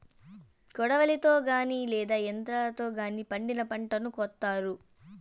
కొడవలితో గానీ లేదా యంత్రాలతో గానీ పండిన పంటను కోత్తారు